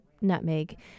nutmeg